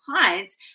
clients